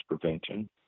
prevention